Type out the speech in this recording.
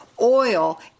oil